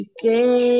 say